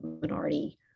minority